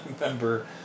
remember